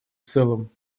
целом